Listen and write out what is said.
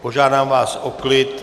Požádám vás o klid.